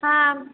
हां